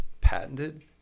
patented